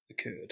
occurred